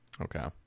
Okay